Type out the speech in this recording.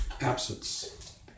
absence